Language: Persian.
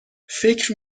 فکر